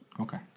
Okay